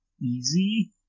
easy